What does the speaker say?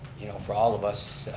you know for all of us,